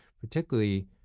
particularly